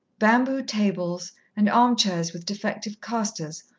bamboo tables, and armchairs with defective castors,